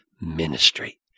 ministry